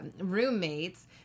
roommates